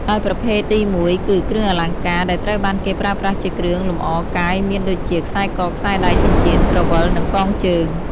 ដោយប្រភេទទីមួយគឺ គ្រឿងអលង្ការ ដែលត្រូវបានគេប្រើប្រាស់ជាគ្រឿងលម្អកាយមានដូចជា ខ្សែក ខ្សែដៃ ចិញ្ចៀន ក្រវិល និងកងជើង។